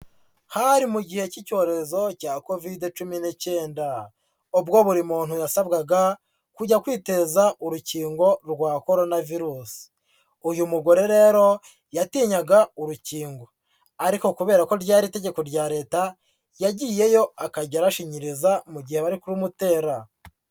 Hari mu gihe cy'icyorezo cya Covid cumi n'icyenda, ubwo buri muntu yasabwaga kujya kwiteza urukingo rwa Korona Virusi, uyu mugore rero yatinyaga urukingo ariko kubera ko ryari itegeko rya Leta yagiyeyo akajya arashinyiriza mu gihe bari kurumutera.